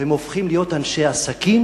הם הופכים להיות אנשי עסקים